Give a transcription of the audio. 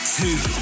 two